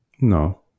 No